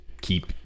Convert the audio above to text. keep